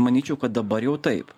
manyčiau kad dabar jau taip